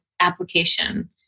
application